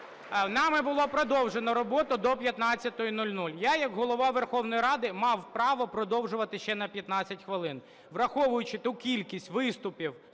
Нами було продовжено роботу до 15:00. Я як Голова Верховної Ради мав право продовжувати ще на 15 хвилин. Враховуючи ту кількість виступів